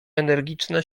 energiczne